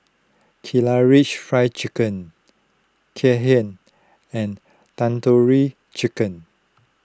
Karaage Fried Chicken Kheer and Tandoori Chicken